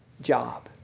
job